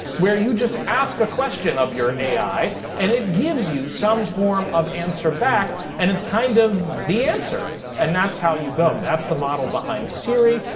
where you just ask a question of your ai and it gives you some form of answer back. and it's kind of the answer, and that's how you go. that's the model behind siri.